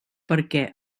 perquè